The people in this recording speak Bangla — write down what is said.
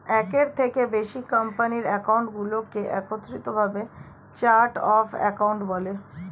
একের থেকে বেশি কোম্পানির অ্যাকাউন্টগুলোকে একত্রিত ভাবে চার্ট অফ অ্যাকাউন্ট বলে